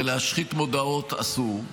ולהשחית מודעות אסור.